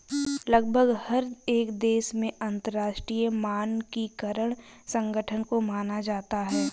लगभग हर एक देश में अंतरराष्ट्रीय मानकीकरण संगठन को माना जाता है